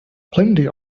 plenty